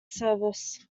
service